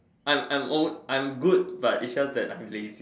I'm I'm own I'm good but it's just that I'm lazy